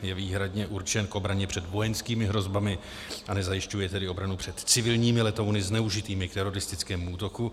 Je výhradně určen k obraně před vojenskými hrozbami, a nezajišťuje tedy obranu před civilními letouny zneužitými k teroristickému útoku.